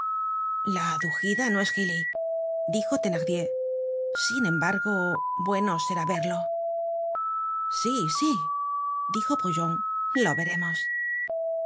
la dugida no es gilí dijo thenardier sin embargo bueno será verlo sí sí dijo brujon lo veremos